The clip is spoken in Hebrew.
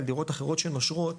הדירות האחרות שנושרות,